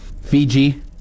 Fiji